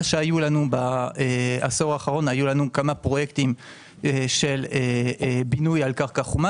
היו לנו בעשור האחרון כמה פרויקטים של בינוי על קרקע חומה